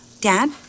Dad